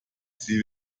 sie